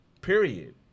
period